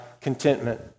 contentment